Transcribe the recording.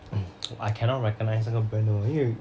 I cannot recognise 这个 brand lor 因为